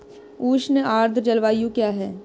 उष्ण आर्द्र जलवायु क्या है?